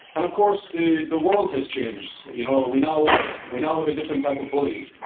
and, of course, the the world has changed. you know you know we now have a different type of bully.